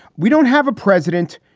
we don't have a president.